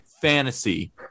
fantasy